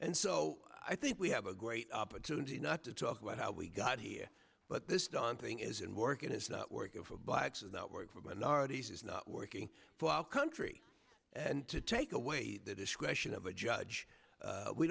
and so i think we have a great opportunity not to talk about how we got here but this daunting isn't working it's not working not work for minorities is not working for our country and to take away the discretion of a judge